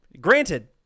Granted